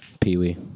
Pee-wee